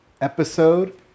episode